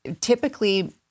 Typically